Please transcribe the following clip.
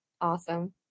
Awesome